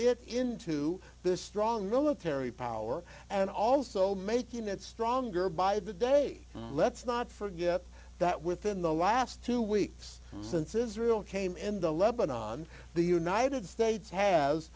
it into the strong military power and also making it stronger by the day let's not forget that within the last two weeks since israel came in the lebannon the united states has